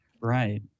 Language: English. Right